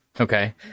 okay